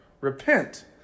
Repent